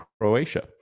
Croatia